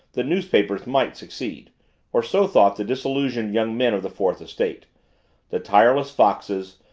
the newspapers might succeed or so thought the disillusioned young men of the fourth estate the tireless foxes,